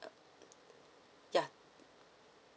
yeah